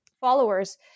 followers